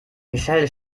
michelle